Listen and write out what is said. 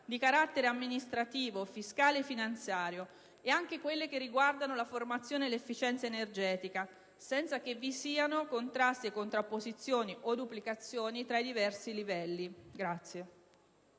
di carattere amministrativo, fiscale e finanziario, ed anche a quelle che riguardano la formazione e l'efficienza energetica, senza che vi siano contrasti e contrapposizioni o duplicazioni tra i diversi livelli.